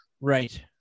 Right